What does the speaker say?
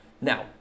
Now